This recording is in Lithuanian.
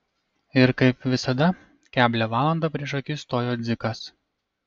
ir kaip visada keblią valandą prieš akis stojo dzikas